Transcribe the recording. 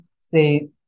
say